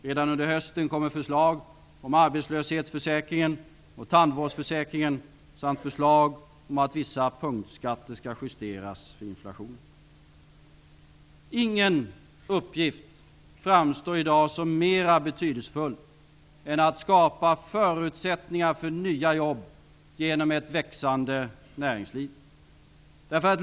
Redan under hösten kommer förslag om arbetslöshetsförsäkringen och tandvårdsförsäkringen samt förslag om att vissa punktskatter skall följa inflationen. Ingen uppgift framstår i dag som mera betydelsefull än att skapa förutsättningar för nya jobb genom ett växande näringsliv.